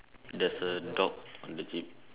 there's a dog on the jeep